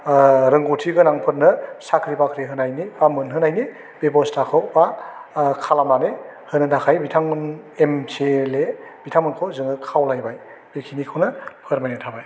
रोंगौथिगोनांफोरनो साख्रि बाख्रि होनायनि एबा मोनहोनायनि बेबस्थाखौ एबा खालामनानै होनो थाखाय बिथांमोन एम सि एल ए बिथांमोनखौ जोङो खावलायबाय बेखिनिखौनो फोरमायनाय थाबाय